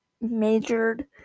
majored